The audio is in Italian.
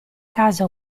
casa